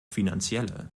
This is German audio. finanzielle